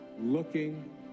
looking